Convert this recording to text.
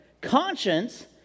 conscience